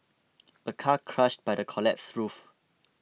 a car crushed by the collapsed roof